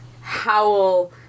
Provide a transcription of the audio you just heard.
howl